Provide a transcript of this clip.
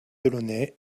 delaunay